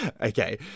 Okay